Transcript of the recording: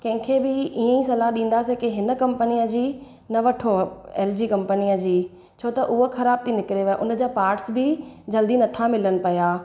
कंहिंखे बि इहा ई सलाहु ॾींदासीं की हिन कंपनिअ जी न वठो एलजी कंपनिअ जी छो त उहो ख़राब थी निकिरे उनजा पाट्स बि जल्दी नथा मिलनि पिया